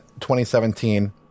2017